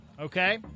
Okay